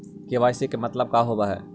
KYC मतलब का होव हइ?